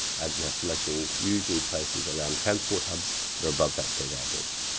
and they're selecting usually places around transport hubs that are about that state average.